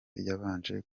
yabanje